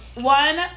one